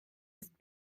ist